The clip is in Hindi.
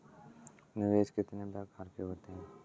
निवेश कितने प्रकार के होते हैं?